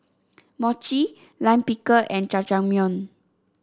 Mochi Lime Pickle and Jajangmyeon